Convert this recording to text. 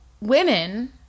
women